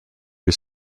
his